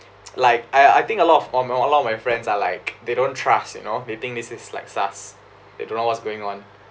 like I I think a lot of m~ a lot of my friends are like they don't trust you know they think this is like SARS they don't know what's going on